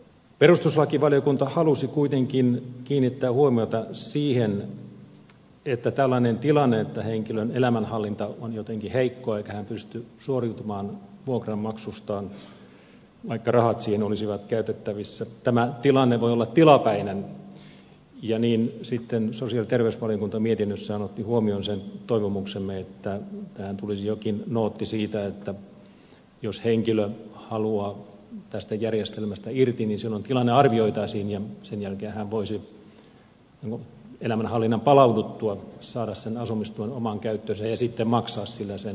perustuslakivaliokunta halusi kuitenkin kiinnittää huomiota siihen että tällainen tilanne että henkilön elämänhallinta on jotenkin heikkoa eikä hän pysty suoriutumaan vuokranmaksustaan vaikka rahat siihen olisivat käytettävissä voi olla tilapäinen ja niin sitten sosiaali ja terveysvaliokunta mietinnössään otti huomioon sen toivomuksemme että tähän tulisi jokin nootti siitä että jos henkilö haluaa tästä järjestelmästä irti niin silloin tilanne arvioitaisiin ja sen jälkeen hän voisi elämänhallinnan palauduttua saada sen asumistuen omaan käyttöönsä ja sitten maksaa sillä sen vuokran